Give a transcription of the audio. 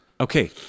okay